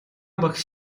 багш